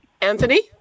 Anthony